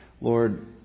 Lord